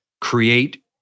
create